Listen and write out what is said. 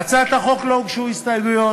להצעת החוק לא הוגשו הסתייגויות,